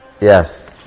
Yes